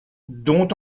dont